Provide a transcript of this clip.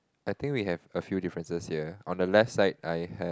I think we have a few differences here on the left side I have